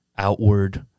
outward